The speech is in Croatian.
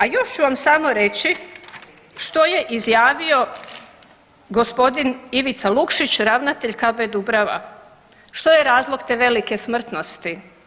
A još ću vam samo reći što je izjavio gospodin Ivica Lukšić, ravnatelj KB Dubrava, što je razlog te velike smrtnosti.